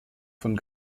von